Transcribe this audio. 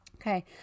Okay